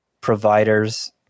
providers